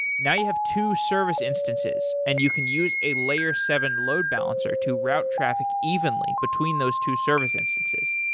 now you have two service instances and you can use a layer seven load balancer to route traffic evenly between those two service instances.